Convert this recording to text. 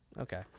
Okay